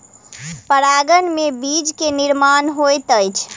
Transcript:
परागन में बीज के निर्माण होइत अछि